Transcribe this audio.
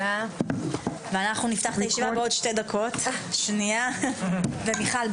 הישיבה ננעלה בשעה 13:12.